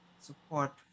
support